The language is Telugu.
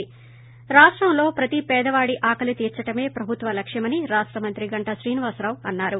ి రాష్టంలో ప్రతి పేదవాడి ఆకలి తీర్చడమే ప్రభుత్వ లక్ష్యమని రాష్ట మంత్రి గంటా శ్రీనివాసరావు అన్నారు